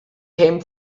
came